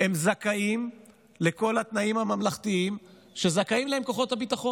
הם זכאים לכל התנאים הממלכתיים שזכאים להם כוחות הביטחון.